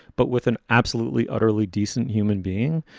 but with an absolutely, utterly decent human being.